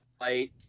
light